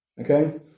Okay